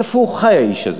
איפה הוא חי, האיש הזה?